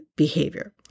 behavior